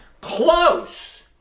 close